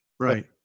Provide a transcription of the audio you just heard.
Right